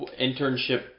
internship